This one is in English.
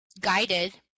guided